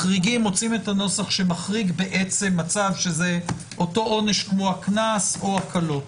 זה מחריג מצב שבו העונש הוא אותו הקנס או קל ממנו,